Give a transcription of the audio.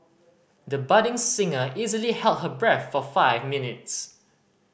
the budding singer easily held her breath for five minutes